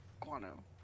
guano